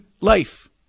life